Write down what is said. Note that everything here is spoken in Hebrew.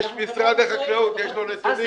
יש משרד החקלאות, יש לו נתונים.